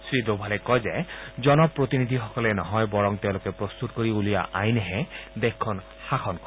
শ্ৰী ডোভালে কয় যে জনপ্ৰতিনিধসকলে নহয় বৰং তেওঁলোকে প্ৰস্তত কৰি উলিওৱা আইনেহে দেশখন শাসন কৰে